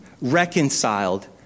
reconciled